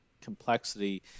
complexity